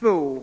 2